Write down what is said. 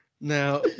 Now